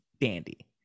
dandy